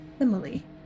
Emily